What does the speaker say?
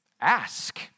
Ask